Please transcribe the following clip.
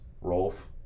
Rolf